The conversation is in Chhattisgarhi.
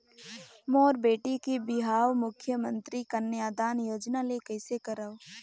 मोर बेटी के बिहाव मुख्यमंतरी कन्यादान योजना ले कइसे करव?